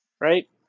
right